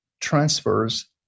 transfers